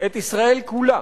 את ישראל כולה,